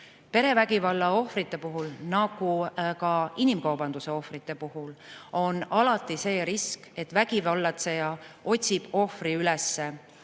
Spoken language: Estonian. Perevägivalla ohvrite puhul, nagu ka inimkaubanduse ohvrite puhul, on alati see risk, et vägivallatseja otsib ohvri üles